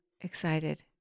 excited